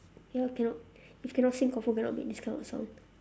ya cannot if cannot sing confirm cannot make this kind of sound